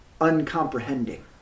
uncomprehending